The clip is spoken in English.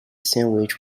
sandwich